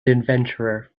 adventurer